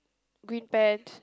green pants